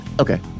Okay